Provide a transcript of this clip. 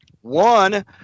one